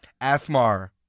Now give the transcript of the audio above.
Asmar